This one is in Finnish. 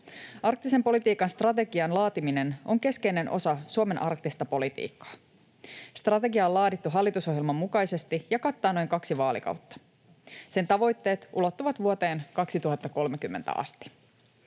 Arktisen politiikan strategian laatiminen on keskeinen osa Suomen arktista politiikkaa. Strategia on laadittu hallitusohjelman mukaisesti ja kattaa noin kaksi vaalikautta. Sen tavoitteet ulottuvat vuoteen 2030 asti.